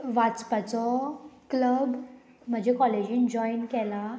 वाचपाचो club म्हजे कॉलेजीन join केला